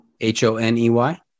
h-o-n-e-y